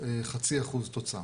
0.5% תוצר